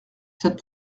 cette